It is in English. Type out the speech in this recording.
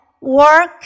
work